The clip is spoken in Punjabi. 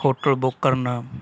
ਹੋਟਲ ਬੁੱਕ ਕਰਨਾ